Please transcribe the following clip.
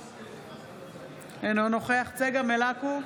אינו נוכח צגה מלקו,